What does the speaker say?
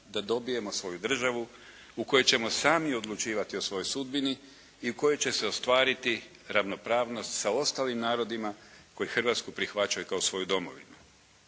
da dobijemo svoju državu u kojoj ćemo sami odlučivati o svojoj sudbini i u kojoj će se ostvariti ravnopravnost sa ostalim narodima koji Hrvatsku prihvaćaju kao svoju domovinu.